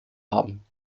haben